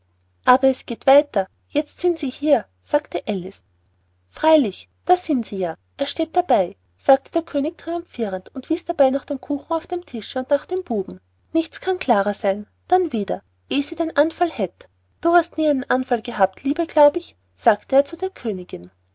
aber es geht weiter jetzt sind sie hier sagte alice freilich da sind sie ja er steht dabei sagte der könig triumphirend und wies dabei nach den kuchen auf dem tische und nach dem buben nichts kann klarer sein dann wieder eh sie den anfall hätt du hast nie einen anfall gehabt liebe glaube ich sagte er zu der königin